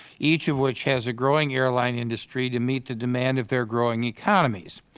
each of which has a growing airline industry to meet the demand of their growing economies.